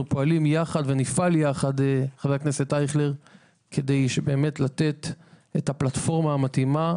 אנחנו פועלים ונפעל יחד על מנת לתת להם את הפלטפורמה המתאימה,